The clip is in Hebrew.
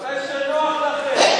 מתי שנוח לכם,